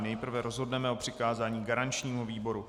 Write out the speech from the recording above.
Nejprve rozhodneme o přikázání garančnímu výboru.